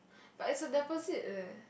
but it's a deposit leh